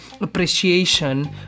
appreciation